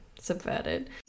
subverted